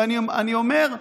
ואני אומר: